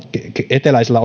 eteläisellä